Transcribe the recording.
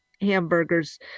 hamburgers